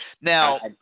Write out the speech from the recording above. now